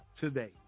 today